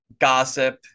gossip